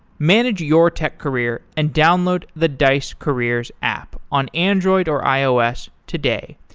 manage your tech career and download the dice careers app on android or ios today.